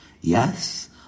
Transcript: yes